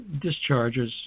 discharges